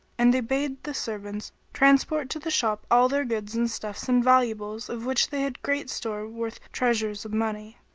and they bade the servants transport to the shop all their goods and stuffs and valuables of which they had great store worth treasures of money.